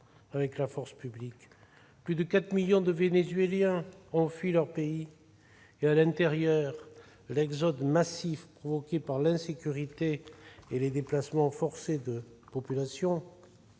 avec la force publique. Plus de 4 millions de Vénézuéliens ont fui leur pays et, à l'intérieur, l'exode provoqué par l'insécurité et les déplacements forcés de population